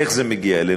איך זה מגיע אלינו?